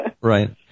Right